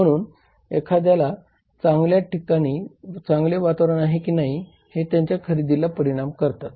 म्हणून एखाद्या ठिकाणी चांगले वातावरण आहे की नाही हे त्याच्या खरेदीला परिणाम करतात